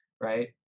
right